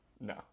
No